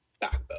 backbone